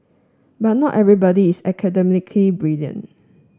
but not everybody is academically brilliant